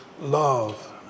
love